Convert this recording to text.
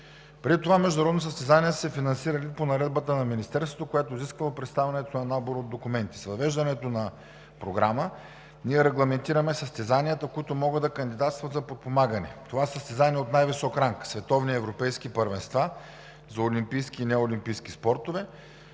Преди това международните състезания са се финансирали по наредбата на Министерството, която е изисквала представянето на набор от документи. С въвеждането на програма ние регламентираме състезанията, които могат да кандидатстват за подпомагане. Това са състезания от най-висок ранг – световни, европейски първенства, за олимпийски и неолимпийски спортове,